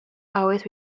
always